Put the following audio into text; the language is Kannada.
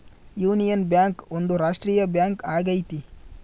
ಯೂನಿಯನ್ ಬ್ಯಾಂಕ್ ಒಂದು ರಾಷ್ಟ್ರೀಯ ಬ್ಯಾಂಕ್ ಆಗೈತಿ